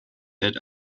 that